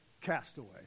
castaway